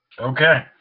Okay